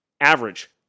Average